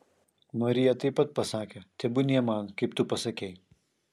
marija taip pat pasakė tebūnie man kaip tu pasakei